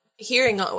Hearing